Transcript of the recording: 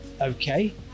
Okay